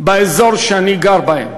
באזור שאני גר בו.